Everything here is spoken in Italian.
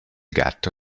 gatto